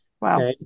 Wow